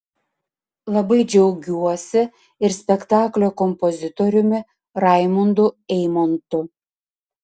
labai džiaugiuosi ir spektaklio kompozitoriumi raimundu eimontu